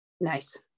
nice